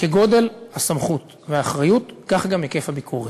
כגודל הסמכות והאחריות כך גם היקף הביקורת.